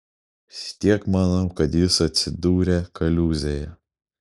vis tiek manau kad jis atsidūrė kaliūzėje